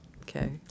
Okay